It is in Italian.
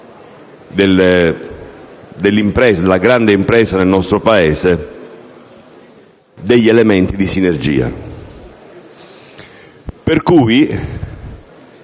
della grande impresa del nostro Paese, degli elementi di sinergia.